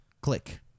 click